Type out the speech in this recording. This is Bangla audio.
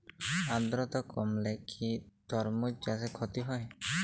আদ্রর্তা কমলে কি তরমুজ চাষে ক্ষতি হয়?